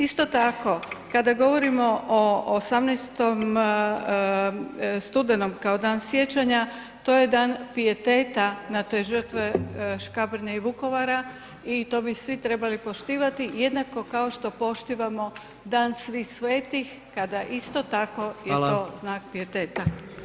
Isto tako kada govorimo o 18. studenom kao Dan siječanja to je dan pijeteta na te žrtve Škabrnje i Vukovara i to bi svi trebali poštivati jednako kao što poštivamo Dan svih svetih kada isto tako je to znak pijeteta.